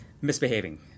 Misbehaving